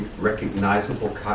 recognizable